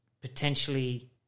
potentially